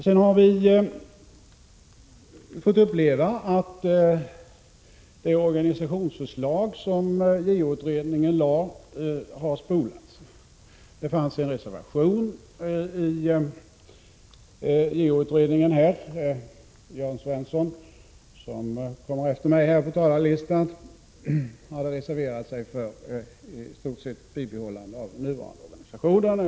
Sedan har vi fått uppleva att det organisationsförslag som JO-utredningen lade fram har spolats. Det fanns en reservation. Jörn Svensson, som kommer efter mig på talarlistan, hade reserverat sig för ett bibehållande i stort sett av den nuvarande organisationen.